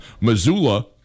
Missoula